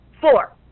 four